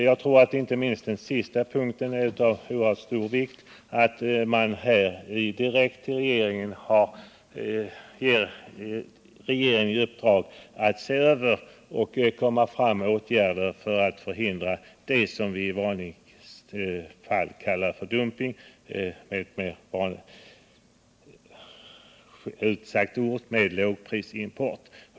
Jag anser att denna punkt är av oerhört stor vikt. Regeringen får i uppdrag att skyndsamt utarbeta skyddsåtgärder för att förhindra det som vi i vanliga fall kallar för dumping — med andra ord lågprisimport.